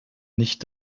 nicht